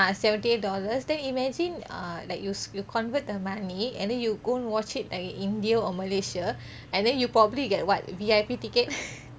ah seventy eight dollars then imagine err like you convert the money and then you go watch it at india or malaysia and then you probably you get what V_I_P ticket